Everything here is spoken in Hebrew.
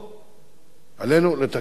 עלינו לתקן עדיין רבות